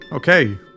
Okay